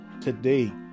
today